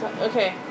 Okay